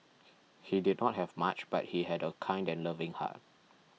he did not have much but he had a kind and loving heart